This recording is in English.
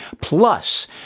plus